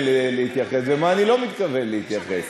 להתייחס ולמה אני לא מתכוון להתייחס.